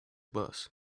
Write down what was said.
bus